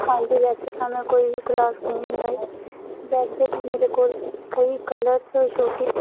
ਹਾਂਜੀ ਵੈਸੇ ਤਾਂ ਮੈਂ ਕੋਈ ਵੀ ਕਲਾਸ ਨਹੀਂ ਲਗਾਈ ਵੈਸੇ ਵੀ ਮੇਰੇ ਕੋਲ ਕਈ ਕਲਰਸ ਸ਼ੋਕੀ